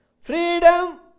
Freedom